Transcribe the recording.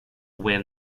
win